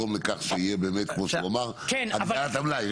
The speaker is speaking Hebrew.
שיהיה באמת כמו שהוא אמר הגדלת המלאי.